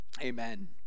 Amen